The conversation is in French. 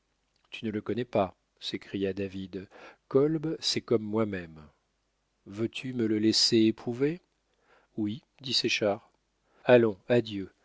tu ne le connais pas s'écria david kolb c'est comme moi-même veux-tu me le laisser éprouver oui dit séchard allons adieu